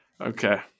Okay